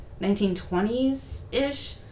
1920s-ish